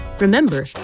Remember